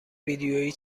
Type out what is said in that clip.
ویدیویی